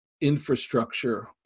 infrastructure